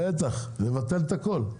בטח לבטל את הכל.